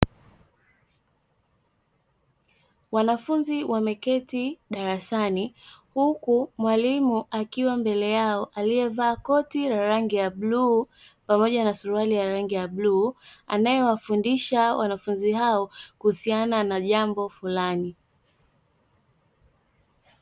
Wanafunzi wameketi darasani huku mwalimu akiwa mbele yao alievaa koti la rangi ya bluu pamoja na suruali ya rangi ya bluu, anayewafundisha wanafunzi wao kuhusiana na jambo fulani.